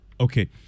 okay